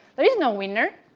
there is no winner.